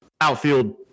Outfield